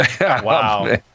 Wow